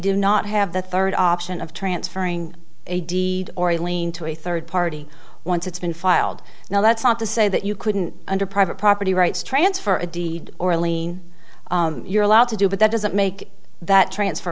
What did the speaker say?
do not have the third option of transferring a deed or a lien to a third party once it's been filed now that's not to say that you couldn't under private property rights transfer a deed or a lien you're allowed to do but that doesn't make that transfer